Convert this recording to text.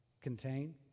contain